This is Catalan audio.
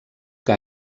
que